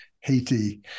Haiti